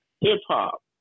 hip-hop